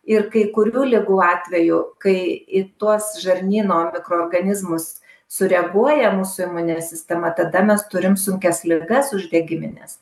ir kai kurių ligų atveju kai į tuos žarnyno mikroorganizmus sureaguoja mūsų imuninė sistema tada mes turim sunkias ligas uždegimines